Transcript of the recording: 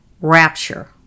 Rapture